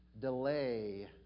delay